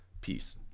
Peace